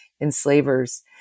enslavers